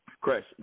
Chris